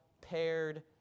paired